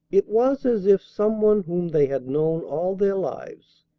it was as if some one whom they had known all their lives,